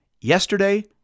yesterday